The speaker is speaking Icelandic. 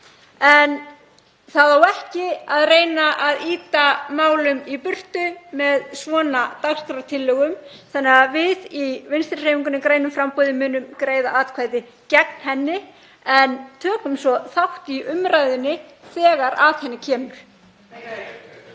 en það á ekki að reyna að ýta málum í burtu með svona dagskrártillögum. Þannig að við í Vinstrihreyfingunni – grænu framboði munum greiða atkvæði gegn henni en tökum svo þátt í umræðunni þegar að henni kemur.